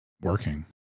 working